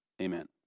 Amen